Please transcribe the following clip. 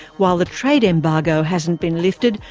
while the trade embargo hasn't been lifted,